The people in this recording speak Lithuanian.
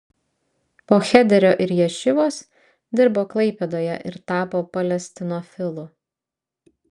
po chederio ir ješivos dirbo klaipėdoje ir tapo palestinofilu